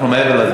אנחנו מעבר לזמן.